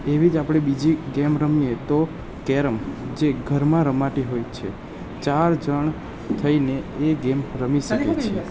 એવી જ આપણે બીજી ગેમ રમીએ તો કેરમ જે ઘરમાં રમાતી હોય છે ચાર જણ થઈને એ ગેમ રમી શકીએ છીએ